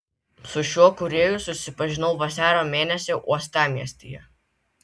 su šiuo kūrėju susipažinau vasario mėnesį uostamiestyje